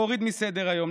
להוריד מסדר-היום,